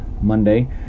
Monday